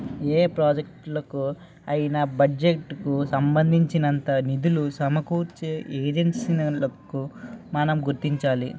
ఏ ప్రాజెక్టులకు అయినా బడ్జెట్ కు సంబంధించినంత నిధులు సమకూర్చే ఏజెన్సీలను మనం గుర్తించాలి